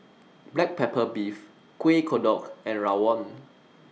Black Pepper Beef Kueh Kodok and Rawon